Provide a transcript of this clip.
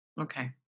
Okay